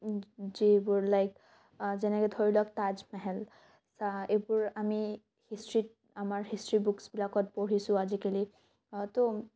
যিবোৰ লাইক যেনেকৈ ধৰি লওঁক তাজমেহেল শ্বাহ এইবোৰ আমি হিষ্ট্ৰীত আমাৰ হিষ্ট্ৰী বুকচবিলাকত পঢ়িছোঁ আজিকালি ত'